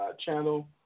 channel